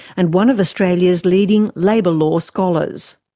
and one of australia's leading labour law scholars.